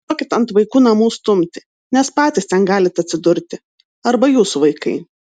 nustokit ant vaikų namų stumti nes patys ten galit atsidurti arba jūsų vaikai